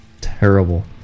terrible